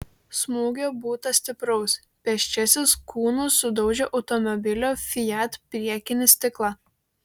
smūgio būta stipraus pėsčiasis kūnu sudaužė automobilio fiat priekinį stiklą